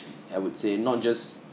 I would say not just